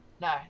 No